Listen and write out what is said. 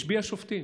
ישביע שופטים.